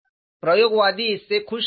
प्रयोगवादी इससे खुश नहीं थे